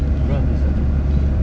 bronze rusa tu